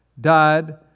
died